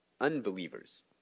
unbelievers